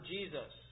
Jesus